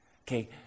okay